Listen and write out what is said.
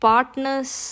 Partners